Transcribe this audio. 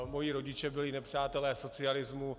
Moji rodiče byli nepřátelé socialismu.